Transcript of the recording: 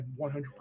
100%